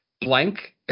blank